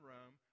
Rome